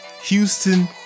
Houston